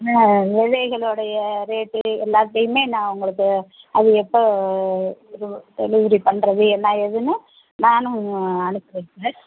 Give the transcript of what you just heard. ஆ விதைகளோடைய ரேட்டு எல்லாத்தையுமே நான் உங்களுக்கு அது எப்போ இது டெலிவரி பண்ணுறது என்ன ஏதுன்னு நானும் அனுப்பிட்டுறேன்